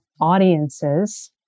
audiences